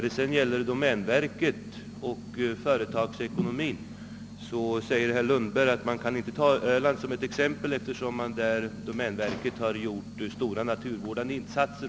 Beträffande domänverket och företagsekonomin sade herr Lundberg att man inte kan ta Öland som exempel, eftersom domänverket där gjort bl.a. stora naturvårdande insatser.